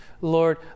Lord